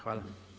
Hvala.